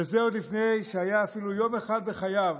וזה עוד לפני שהיה אפילו יום אחד בחייו